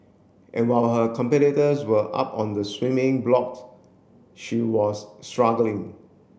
and while her competitors were up on the swimming blocks she was struggling